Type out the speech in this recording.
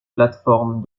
plateformes